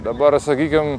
dabar sakykim